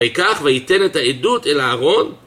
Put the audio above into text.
היקח וייתן את העדות אל הארון